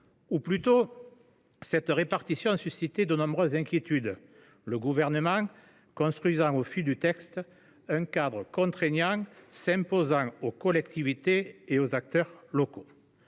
Ou plutôt, cette répartition suscitait de nombreuses inquiétudes, le Gouvernement construisant au fil du texte un cadre contraignant s’imposant aux collectivités et aux acteurs locaux.